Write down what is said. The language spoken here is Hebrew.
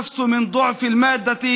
ומתרגמם:)